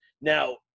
Now